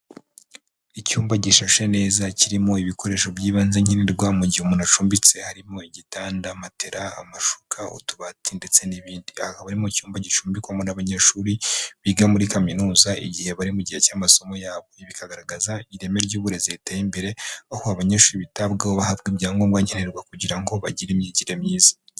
Icyumba gifashe neza kirimo ibikoresho by'ibanze nkenerwa mu gihe umuntu acumbitse, harimo: igitanda, matera, amashuka, utubati, ndetse n'ibindi. Aha akaba ari mu cyumba gicumbikwamo n'abanyeshuri biga muri kaminuza, igihe bari mu gihe cy'amasomo yabo. Ibi bikagaragaza ireme ry'uburezi riteye imbere, aho abanyeshuri bitabwaho bahabwa ibyangombwa nkenerwa, kugira ngo bagire imyigire myiza.